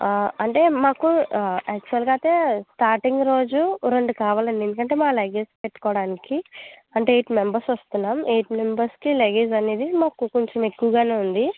అంటే మాకు యాక్చువల్గా అయితే స్టాటింగ్ రోజు రెండు కావాలండి ఎందుకంటే మా లగేజ్ పెట్టుకోవడానికి అంటే ఎయిట్ మెంబెర్స్ వస్తున్నాం ఎయిట్ మెంబెర్స్కి లగేజ్ అనేది మాకు కొంచెం ఎక్కువగానే ఉంది